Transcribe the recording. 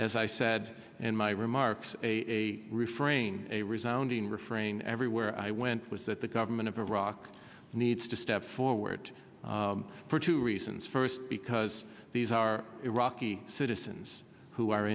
as i said in my remarks a refrain a resounding refrain everywhere i went was that the government of iraq needs to step forward for two reasons first because these are iraqi citizens who are